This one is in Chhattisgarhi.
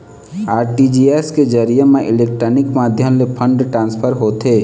आर.टी.जी.एस के जरिए म इलेक्ट्रानिक माध्यम ले फंड ट्रांसफर होथे